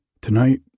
Tonight